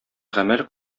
гамәл